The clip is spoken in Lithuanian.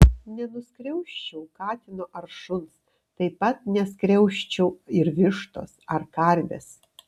nenuskriausčiau katino ar šuns taip pat neskriausčiau ir vištos ar karvės